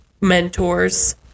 mentors